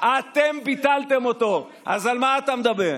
למה,